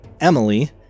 Emily